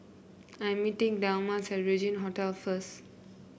I am meeting Delmas at Regin Hotel first